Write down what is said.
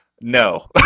No